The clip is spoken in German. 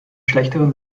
schlechteren